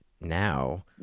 now